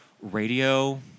radio